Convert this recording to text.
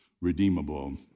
redeemable